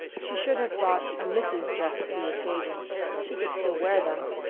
she should have bought a misses' dress for the occasion she could still wear them,